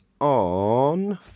on